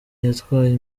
yatwaye